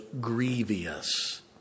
grievous